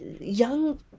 young